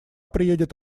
приедет